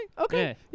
Okay